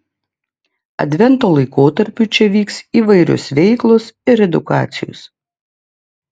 advento laikotarpiu čia vyks įvairios veiklos ir edukacijos